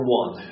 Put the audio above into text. one